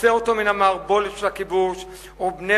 הוצא אותו מן המערבולת של הכיבוש ובנה